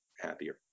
happier